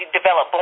develop